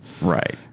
Right